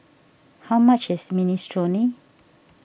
how much is Minestrone